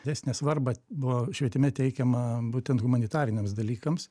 didesnė svarba buvo švietime teikiama būtent humanitariniams dalykams